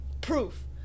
proof